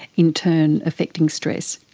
in turn affecting stress.